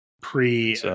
pre